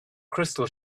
crystal